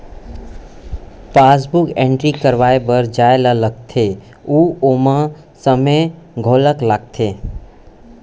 passbook entry करवाए बर जाए ल लागथे अउ ओमा समे घलौक लागथे